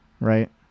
right